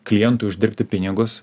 klientui uždirbti pinigus